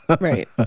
Right